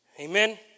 Amen